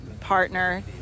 partner